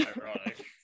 Ironic